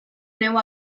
neu